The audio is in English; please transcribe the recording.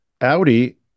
Audi